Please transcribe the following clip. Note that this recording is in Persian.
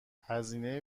هزینه